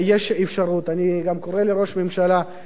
אני גם קורא לראש הממשלה שייתן אפשרות